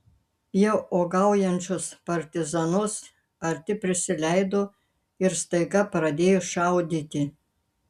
jie uogaujančius partizanus arti prisileido ir staiga pradėjo šaudyti